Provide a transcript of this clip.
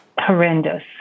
horrendous